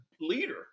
leader